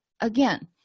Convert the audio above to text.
again